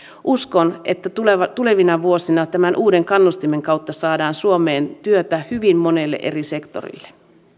uskon että tulevina vuosina tämän uuden kannustimen kautta saadaan suomeen työtä hyvin monelle eri sektorille